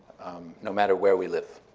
no matter where we live,